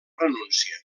renúncia